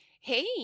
Hey